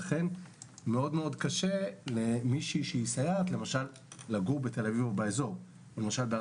כי למישהי שהיא סייעת מאוד קשה לגור בתל אביב או רעננה למשל.